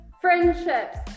friendships